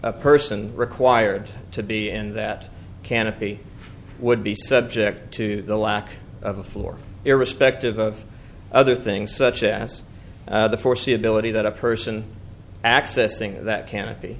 a person required to be in that canopy would be subject to the lack of a floor irrespective of other things such as the foreseeability that a person accessing that can